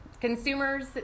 Consumers